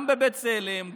גם בבצלם,